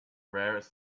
rarest